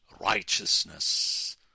righteousness